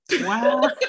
Wow